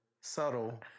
subtle